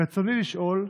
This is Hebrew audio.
רצוני לשאול: